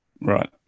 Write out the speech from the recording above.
Right